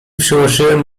przyłożyłem